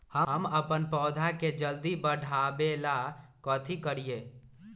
हम अपन पौधा के जल्दी बाढ़आवेला कथि करिए?